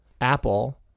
Apple